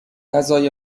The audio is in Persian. غذای